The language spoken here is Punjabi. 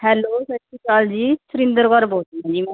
ਹੈਲੋ ਸਤਿ ਸ਼੍ਰੀ ਅਕਾਲ ਜੀ ਸੁਰਿੰਦਰ ਕੌਰ ਬੋਲਦੀ ਹਾਂ ਜੀ ਮੈਂ